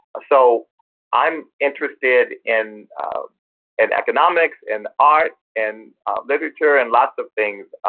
so i'm interested in and economics, and art, and literature, and lots of things.